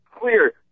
clear